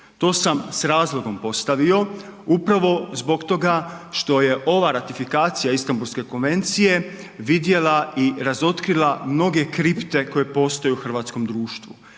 To sam s razlogom postavio upravo zbog toga što je ova ratifikacija Istanbulske konvencije vidjela i razotkrila mnoge kripte koje postoje u hrvatskom društvu.